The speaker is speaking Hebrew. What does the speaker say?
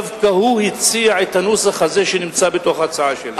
דווקא הוא הציע את הנוסח הזה שנמצא בתוך ההצעה שלי.